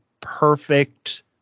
perfect